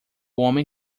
homem